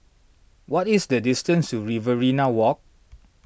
what is the distance to Riverina Walk